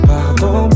Pardon